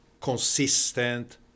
consistent